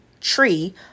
tree